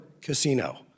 casino